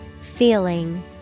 Feeling